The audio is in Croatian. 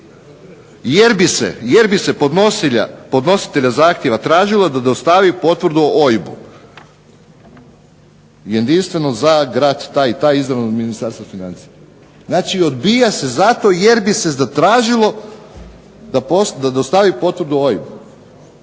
jer bi se podnositelja zahtjeva tražilo da dostavi potvrdu o OIB-u, jedinstvenom za grad taj i taj izdano od Ministarstva financija. Znači, odbija se zato jer bi se zatražilo da dostavi potvrdu o OIB-u.